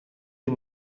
you